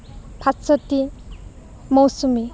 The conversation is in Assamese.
ভাস্বতী মৌচুমী